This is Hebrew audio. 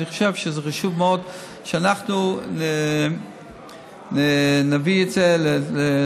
אני חושב שזה חשוב מאוד שאנחנו נביא את זה לוועדה.